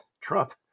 Trump